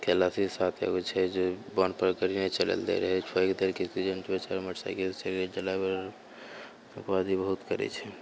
खलासी साथे एगो छै जे बान्ह पर गाड़ी नहि चढ़ै लऽ दय रहए मोटरसाइकल से चलि गेलै ड्राइबर तेकर बाद ई बहुत करैत छै